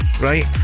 Right